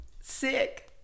Sick